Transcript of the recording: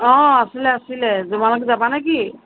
অ আছিলে আছিলে তোমালোক যাবানে কি